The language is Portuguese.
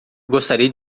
gostaria